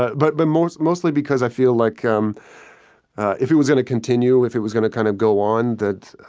but the but but most mostly because i feel like um if it was going to continue, if it was going to kind of go on, that,